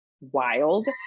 wild